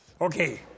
Okay